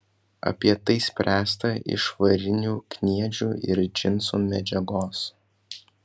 apie tai spręsta iš varinių kniedžių ir džinsų medžiagos